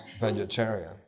vegetarian